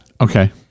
Okay